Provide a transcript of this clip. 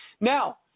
now